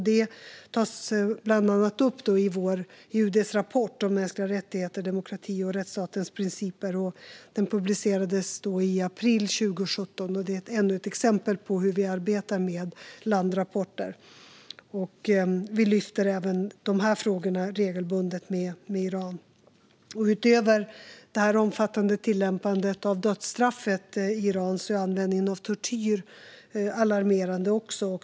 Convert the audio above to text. Det tas bland annat upp i UD:s rapport om mänskliga rättigheter, demokrati och rättsstatens principer som publicerades i april 2017. Det är ännu ett exempel på hur vi arbetar med landrapporter. Vi lyfter även de här frågorna regelbundet med Iran. Utöver det omfattande tillämpandet av dödsstraffet i Iran är användningen av tortyr också alarmerande.